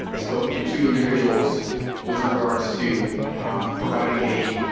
i spoke to two individuals with regards to providing a